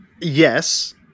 yes